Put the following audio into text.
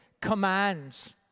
commands